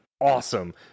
awesome